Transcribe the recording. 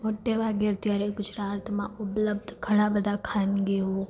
મોટે ભાગે અત્યારે ગુજરાતમાં ઉપલબ્ધ ઘણાં બધાં ખાનગીઓ